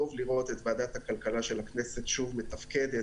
טוב לראות את ועדת הכלכלה של הכנסת שוב מתפקדת